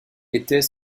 était